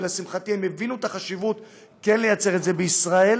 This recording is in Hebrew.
ולשמחתי הם הבינו את החשיבות כן לייצר את זה בישראל,